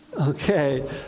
Okay